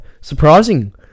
Surprising